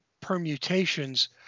permutations